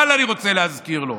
אבל אני רוצה להזכיר לו,